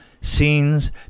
scenes